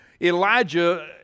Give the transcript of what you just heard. Elijah